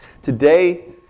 Today